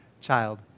child